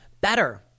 better